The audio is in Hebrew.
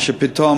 מה שפתאום,